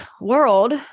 world